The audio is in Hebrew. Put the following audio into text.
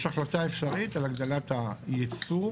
יש החלטה אפשרית על הגדלת הייצור,